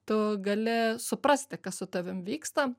tu gali suprasti kas su tavim vyksta